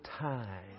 time